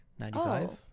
95